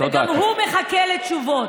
וגם הוא מחכה לתשובות,